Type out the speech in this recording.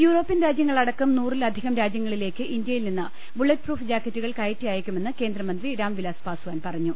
European രാജ്യങ്ങളടക്കം നൂറിലധികം രാജ്യങ്ങളിലേക്ക് ഇന്ത്യയിൽ നിന്ന് ബുള്ളറ്റ് പ്രൂഫ് ജാക്കറ്റുകൾ കയറ്റി അയക്കുമെന്ന് കേന്ദ്രമന്ത്രി രാംവിലാസ് പാസ്വാൻ പറഞ്ഞു